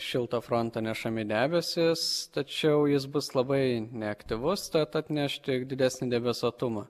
šilto fronto nešami debesys tačiau jis bus labai neaktyvus tad atnešti didesnį debesuotumą